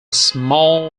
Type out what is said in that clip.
small